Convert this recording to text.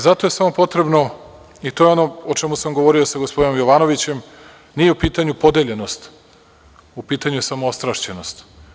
Zato je samo potrebno, i to je ono o čemu sam govorio sa gospodinom Jovanovićem, nije u pitanju podeljenost, u pitanju je samo ostrašćenost.